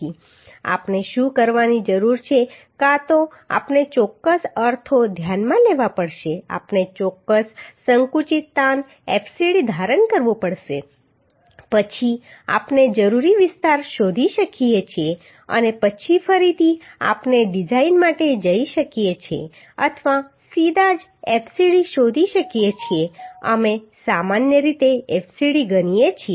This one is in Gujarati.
તેથી આપણે શું કરવાની જરૂર છે કાં તો આપણે ચોક્કસ અર્થો ધ્યાનમાં લેવા પડશે આપણે ચોક્કસ સંકુચિત તાણ fcd ધારણ કરવું પડશે પછી આપણે જરૂરી વિસ્તાર શોધી શકીએ છીએ અને પછી ફરીથી આપણે ડિઝાઇન માટે જઈ શકીએ છીએ અથવા સીધા જ fcd શોધી શકીએ છીએ અમે સામાન્ય રીતે fcd ગણીએ છીએ